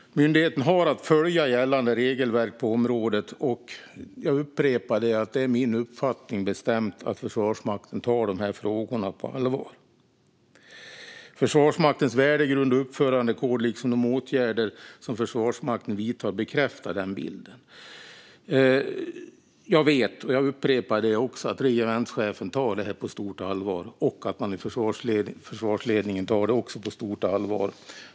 Myndigheten har att följa gällande regelverk på området. Jag upprepar att det är min bestämda uppfattning att Försvarsmakten tar frågorna på allvar. Försvarsmaktens värdegrund och uppförandekod liksom de åtgärder som Försvarsmakten vidtar bekräftar den bilden. Jag upprepar att regementschefen tar frågan på stort allvar och att man i försvarsledningen också tar frågan på stort allvar.